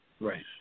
Right